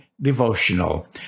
devotional